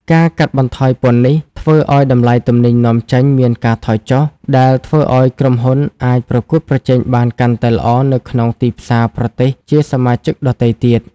ការកាត់បន្ថយពន្ធនេះ ធ្វើឲ្យតម្លៃទំនិញនាំចេញមានការថយចុះ ដែលធ្វើឲ្យក្រុមហ៊ុនអាចប្រកួតប្រជែងបានកាន់តែល្អនៅក្នុងទីផ្សារប្រទេសជាសមាជិកដទៃទៀត។